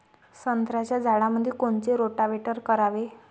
संत्र्याच्या झाडामंदी कोनचे रोटावेटर करावे?